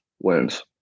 wins